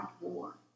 war